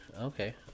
Okay